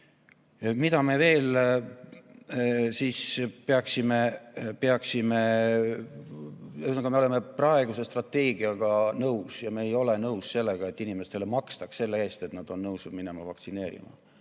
Mida me veel peaksime tegema? Ühesõnaga, me oleme praeguse strateegiaga nõus ja me ei ole nõus sellega, et inimestele makstakse selle eest, et nad on nõus minema vaktsineerima.